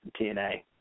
TNA